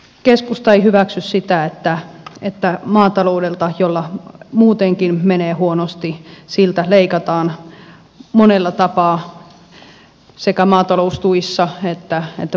keskusta ei hyväksy sitä että maataloudelta jolla muutenkin menee huonosti leikataan monella tapaa sekä maataloustuissa että polttoaineverotuksessa